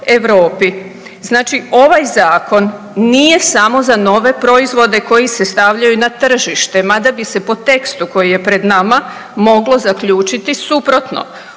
Europi. Znači ovaj zakon nije samo za nove proizvode koji se stavljaju na tržište, mada bi se po tekstu koji je pred nama moglo zaključiti suprotno.